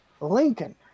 Lincoln